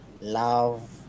love